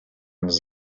his